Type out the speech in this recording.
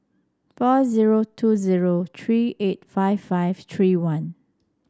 four zero two zero three eight five five three one